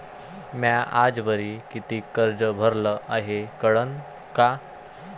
म्या आजवरी कितीक कर्ज भरलं हाय कळन का?